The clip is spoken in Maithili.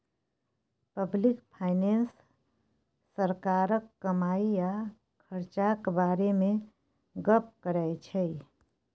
पब्लिक फाइनेंस सरकारक कमाई आ खरचाक बारे मे गप्प करै छै